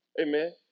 Amen